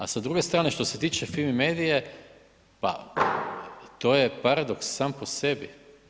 A sa druge strane što se tiče Fimi media-e, pa to je paradoks sam po sebi.